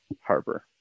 Harbor